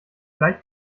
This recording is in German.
gleich